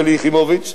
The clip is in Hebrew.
שלי יחימוביץ,